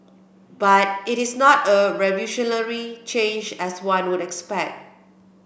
but it is not a revolutionary change as one would expect